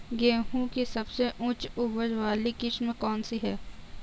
गेहूँ की सबसे उच्च उपज बाली किस्म कौनसी है?